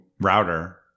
router